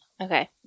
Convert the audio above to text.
Okay